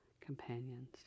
companions